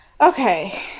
Okay